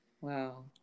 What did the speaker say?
wow